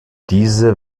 diese